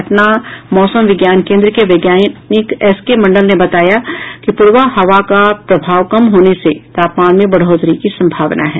पटना मौसम विज्ञान केन्द्र के वैज्ञानिक एस के मंडल ने बताया है कि पूर्वा हवा का प्रभाव कम होने से तापमान में बढ़ोतरी की संभावना है